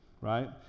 Right